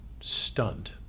stunned